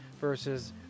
versus